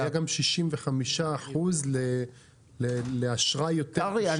היה גם 65% לאשראי יותר קשה --- קרעי,